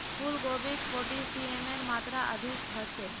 फूल गोभीत पोटेशियमेर मात्रा अधिक ह छे